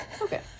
Okay